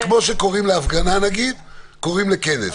כמו שקוראים להפגנה נגיד קוראים לכנס.